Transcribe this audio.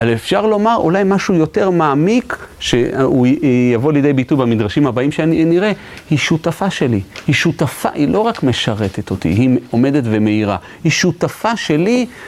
אבל אפשר לומר, אולי משהו יותר מעמיק, שהוא יבוא לידי ביטוי במדרשים הבאים שנראה, היא שותפה שלי, היא שותפה, היא לא רק משרתת אותי, היא עומדת ומאירה, היא שותפה שלי.